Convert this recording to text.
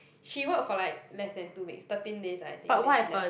she work for like less than two weeks thirteen days I think then she left